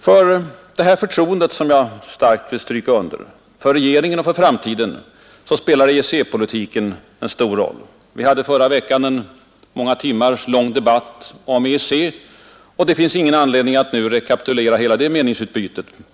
För förtroendet för regeringen och för framtiden spelar EEC-politiken en stor roll — det vill jag starkt stryka under. Vi hade förra veckan en många timmar lång debatt om EEC. Det finns ingen anledning att i dag rekapitulera hela det meningsutbytet.